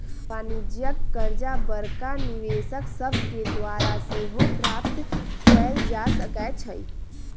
वाणिज्यिक करजा बड़का निवेशक सभके द्वारा सेहो प्राप्त कयल जा सकै छइ